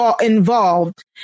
involved